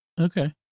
Okay